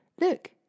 Look